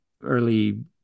early